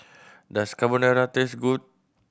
does Carbonara taste good